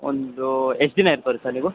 ಒಂದು ಎಷ್ಟು ದಿನ ಇರ್ಬೋದು ಸರ್ ನೀವು